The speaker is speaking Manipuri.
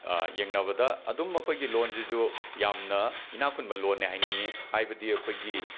ꯌꯦꯡꯅꯕꯗ ꯑꯗꯨꯝ ꯑꯩꯈꯣꯏꯒꯤ ꯂꯣꯟꯁꯤꯁꯨ ꯌꯥꯝꯅ ꯏꯅꯥꯛꯈꯨꯟꯕ ꯂꯣꯟꯅꯤ ꯍꯥꯏꯅꯤꯡꯏ ꯍꯥꯏꯕꯗꯤ ꯑꯩꯈꯣꯏꯒꯤ